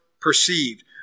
perceived